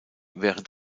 während